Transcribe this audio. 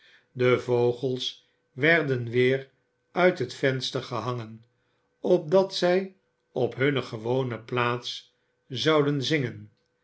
de vogels werden weer uit het venster gehangen opdat zij op hunne gewone plaats zouden zingen